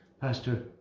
Pastor